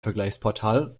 vergleichsportal